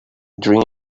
dream